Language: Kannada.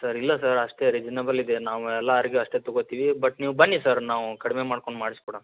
ಸರ್ ಇಲ್ಲ ಸರ್ ಅಷ್ಟೇ ರಿಸನೇಬಲ್ ಇದೆ ನಾವು ಎಲ್ಲಾರಿಗೂ ಅಷ್ಟೇ ತಗೊಳ್ತೀವಿ ಬಟ್ ನೀವು ಬನ್ನಿ ಸರ್ ನಾವು ಕಡಿಮೆ ಮಾಡ್ಕೊಂಡು ಮಾಡಿಸ್ಕೊಡೋಣ